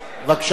בבקשה, גברתי.